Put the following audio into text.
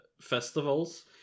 festivals